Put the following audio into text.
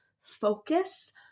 focus